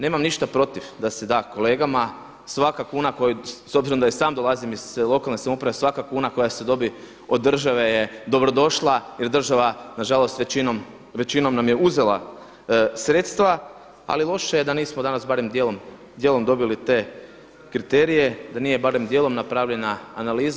Nemam ništa protiv da se da kolegama, svaka kuna s obzirom da i sam dolazim iz lokalne samouprave, svaka kuna koja se dobije od države je dobrodošla jer država nažalost većinom nam je uzela sredstva, ali loše je da nismo danas barem dijelom dobili te kriterije, da nije barem dijelom napravljena analiza.